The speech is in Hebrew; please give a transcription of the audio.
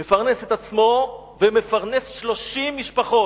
הוא מפרנס את עצמו ומפרנס 30 משפחות.